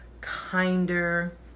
kinder